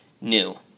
New